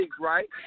right